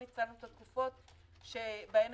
נוסיף את העניין שמ-1 במרס במשך חצי שנה,